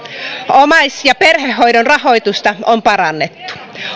omais ja perhehoidon rahoitusta on parannettu